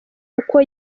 kuko